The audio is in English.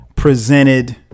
presented